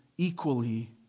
equally